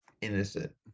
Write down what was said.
Innocent